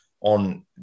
on